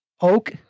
oak